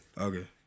Okay